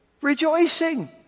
rejoicing